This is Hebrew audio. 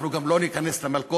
אנחנו גם לא ניכנס למלכודת.